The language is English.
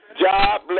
job